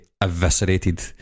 eviscerated